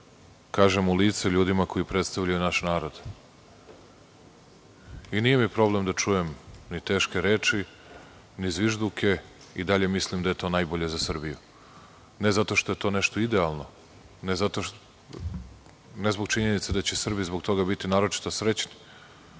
stvari u lice ljudima koji predstavljaju naš narod. Nije mi problem da čujem ni teške reči ni zvižduke. I dalje mislim da je to najbolje za Srbiju. Ne zato što je to nešto idealno, ne zbog činjenice da će Srbija zbog toga biti naročito srećna,